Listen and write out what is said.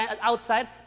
outside